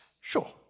Sure